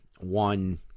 One